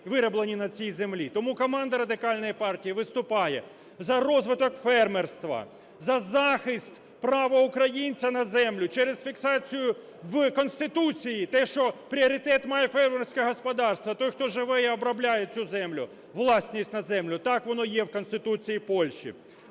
вироблені на цій землі. Тому команда Радикальної партії виступає за розвиток фермерства, за захист права українця на землю через фіксацію в Конституції те, що пріоритет має фермерське господарства, той, хто живе і обробляє цю землю, власність на землю. Так воно є в Конституції Польщі.